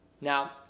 Now